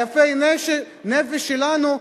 יפי הנפש שלנו,